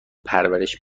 پرورش